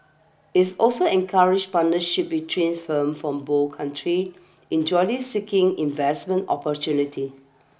its also encourages partnerships between firms from both countries in jointly seeking investment opportunities